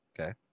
Okay